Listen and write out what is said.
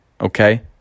okay